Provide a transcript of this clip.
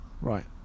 Right